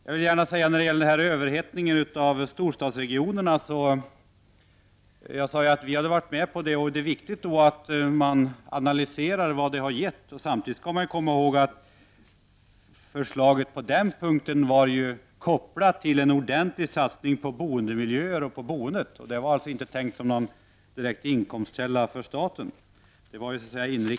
Jag sade att vi har varit med på det som föreslagits i fråga om överhettningen i storstadsregionerna, och det är då viktigt att analysera vad åtgärderna har gett. Samtidigt skall man komma ihåg att förslaget på den punkten var kopplat till en ordentlig satsning på boendemiljöer och på boendet. Det var alltså inte tänkt som någon direkt inkomstkälla för staten.